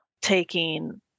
taking